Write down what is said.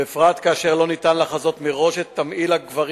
בפרט כאשר לא ניתן לחזות מראש את תמהיל הגברים